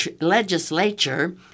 legislature